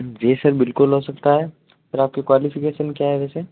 जी sir बिल्कुल हो सकता है पर आपकी क्वालफकैशन क्या है वैसे